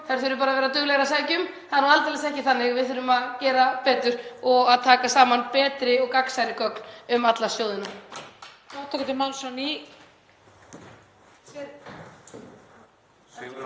Þær þurfa bara að vera duglegri að sækja um. Það er nú aldeilis ekki þannig. Við þurfum að gera betur og að taka saman betri og gagnsærri gögn um alla sjóðina.